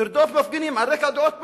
תרדוף מפגינים על רקע דעות פוליטיות.